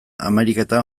ameriketan